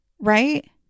right